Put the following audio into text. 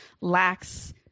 lacks